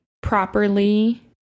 properly